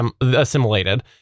assimilated